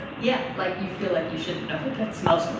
yeah. like, you feel like you shouldn't know what that smells so